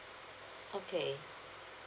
okay